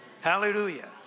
Hallelujah